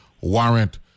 warrant